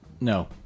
No